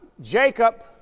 Jacob